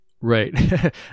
Right